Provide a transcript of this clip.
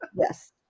Yes